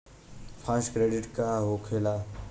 Fast credit का होखेला?